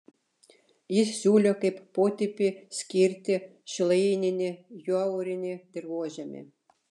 jis siūlė kaip potipį skirti šilaininį jaurinį dirvožemį